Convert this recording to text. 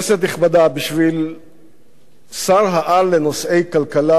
בשביל שר-העל לנושאי כלכלה מדובר רק בסטטיסטיקה,